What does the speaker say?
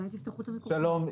שלום,